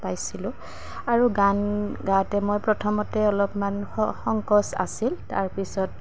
পাইছিলোঁ আৰু গান গাওঁতে মই প্ৰথমতে অলপমান সংকোচ আছিল তাৰ পিছত